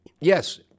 Yes